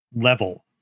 level